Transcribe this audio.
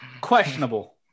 questionable